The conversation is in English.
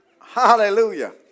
Hallelujah